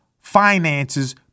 finances